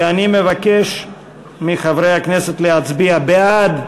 ואני מבקש מחברי הכנסת להצביע: בעד,